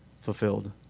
fulfilled